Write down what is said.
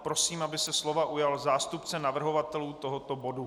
Prosím, aby se slova ujal zástupce navrhovatelů tohoto bodu.